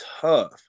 tough